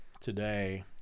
today